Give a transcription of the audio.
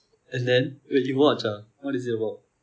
and then wait you watch ah what is it about